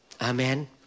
Amen